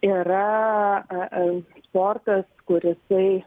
yra aa sportas kur jisai